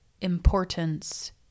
importance